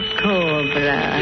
cobra